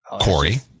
Corey